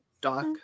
doc